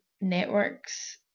networks